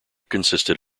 consisted